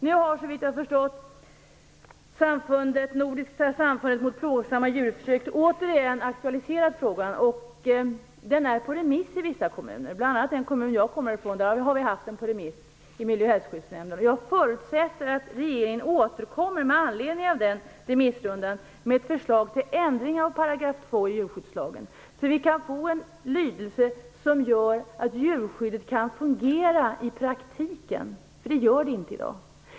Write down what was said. Nu har, såvitt jag förstår, Nordiska samfundet mot plågsamma djurförsök återigen aktualiserat frågan. Den är på remiss i vissa kommuner. Bl.a. har miljöoch hälsoskyddsnämnden i min kommun har haft frågan på remiss. Jag förutsätter att regeringen återkommer med anledning av den remissrundan med förslag till ändringar av 2 § i djurskyddslagen. Då kanske vi kan få en lydelse som gör att djurskyddet kan fungera i praktiken. Det gör det inte i dag.